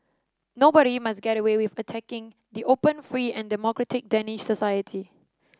nobody must get away with attacking the open free and democratic Danish society